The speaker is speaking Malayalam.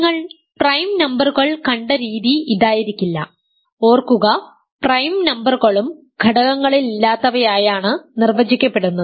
നിങ്ങൾ പ്രൈം നമ്പറുകൾ കണ്ട രീതി ഇതായിരിക്കില്ല ഓർക്കുക പ്രൈം നമ്പറുകളും ഘടകങ്ങളില്ലാത്തവയായാണ് നിർവചിക്കപ്പെടുന്നത്